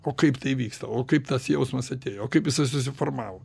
o kaip tai vyksta o kaip tas jausmas atėjo o kaip jisai susiformavo